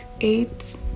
eight